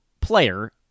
player